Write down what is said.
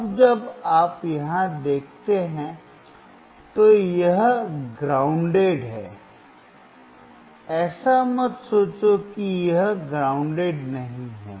अब जब आप यहां देखते हैं तो यह आधार है ऐसा मत सोचो कि यह ग्राउंडेड नहीं है